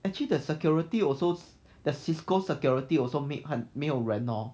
actually the security also the cisco security also 没有没有人 hor